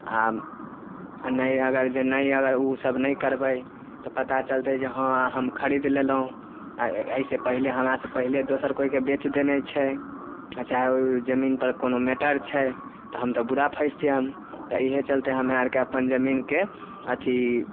आ नहि अगर जे नहि अगर ओ सभ नहि करबै तऽ पता चलतै जे हँ हम खरीद लेलहुॅं आ एहिसे पहिले हमरा सँ पहिले दोसर कोइके बेच देने छै आ चाहे ओ जमीन पर कोनो मैटर छै तऽ हम तऽ बुरा फैस जायब तऽ एहि चलते हमरा आरके अपन जमीनके अथी